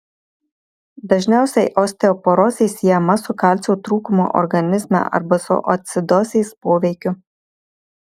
dažniausiai osteoporozė siejama su kalcio trūkumu organizme arba su acidozės poveikiu